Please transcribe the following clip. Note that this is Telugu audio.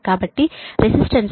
కాబట్టి రెసిస్టన్స్ 25